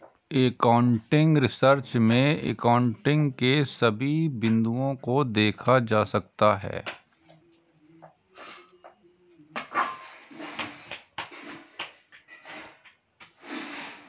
accounting research में accounting के सभी बिंदुओं को देखा जाता है